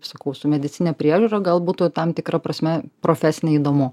sakau su medicine priežiūra galbūt va tam tikra prasme profesine įdomu